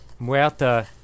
muerta